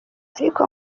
ariko